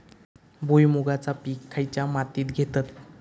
भुईमुगाचा पीक खयच्या मातीत घेतत?